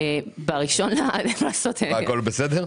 והכול בסדר?